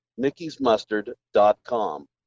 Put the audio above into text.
Mickey'sMustard.com